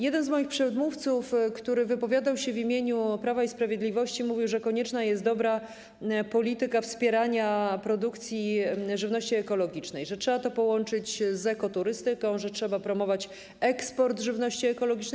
Jeden z moich przedmówców, który wypowiadał się w imieniu Prawa i Sprawiedliwości, mówił, że konieczna jest dobra polityka wspierania produkcji żywności ekologicznej, że trzeba to połączyć z ekoturystyką, że trzeba promować eksport żywności ekologicznej.